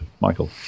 Michael